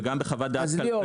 וגם בחוות דעת כלכלית --- ליאור,